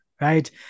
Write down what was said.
right